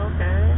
Okay